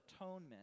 atonement